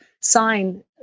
sign